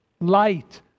light